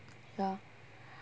ya